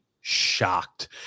shocked